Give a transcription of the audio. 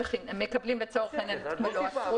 מקבלים לצורך העניין את מלוא הסכום.